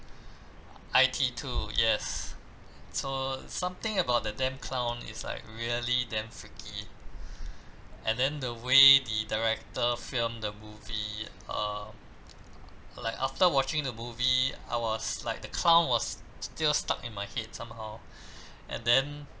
I_T two yes so something about the damn clown is like really damn freaky and then the way the director film the movie uh like after watching the movie I was like the clown was still stuck in my head somehow and then